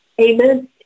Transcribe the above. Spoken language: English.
Amen